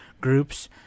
groups